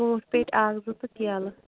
ژوٗنٛٹھۍ پیٖٹۍ اَکھ زٕ تہٕ کیلہٕ